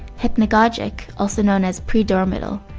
hypnagogic, also known as predormital,